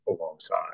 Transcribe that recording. alongside